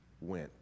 went